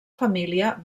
família